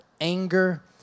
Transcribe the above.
anger